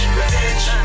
revenge